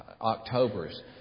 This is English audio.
Octobers